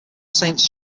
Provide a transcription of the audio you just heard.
saints